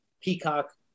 peacock